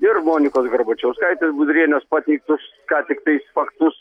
ir monikos garbačiauskaitės budrienės pateiktus ką tiktais faktus